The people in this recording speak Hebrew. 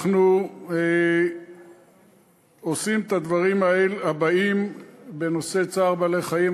אנחנו עושים את הדברים הבאים בנושא צער בעלי-חיים,